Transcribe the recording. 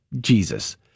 Jesus